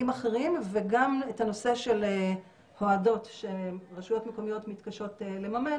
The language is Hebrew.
אחרים וגם בנושא של הוֹעדות שרשויות מקומיות מתקשות לממן.